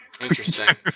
Interesting